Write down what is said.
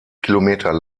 kilometer